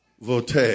Vote